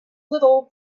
little